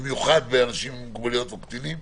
במיוחד אנשים עם מוגבלויות או קטינים?